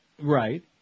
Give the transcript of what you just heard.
Right